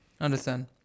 understand